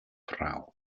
frau